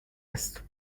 است